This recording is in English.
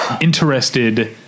interested